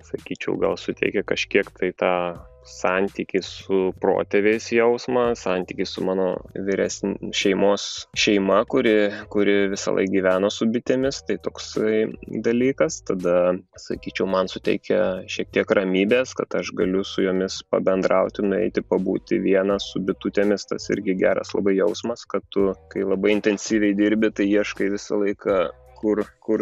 sakyčiau gal suteikia kažkiek tai tą santykį su protėviais jausmą santykį su mano vyresn šeimos šeima kuri kuri visąlaik gyveno su bitėmis tai toksai dalykas tada sakyčiau man suteikia šiek tiek ramybės kad aš galiu su jomis pabendrauti nueiti pabūti vienas su bitutėmis tas irgi geras jausmas kad tu kai labai intensyviai dirbi tai ieškai visą laiką kur kur